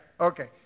okay